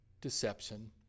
deception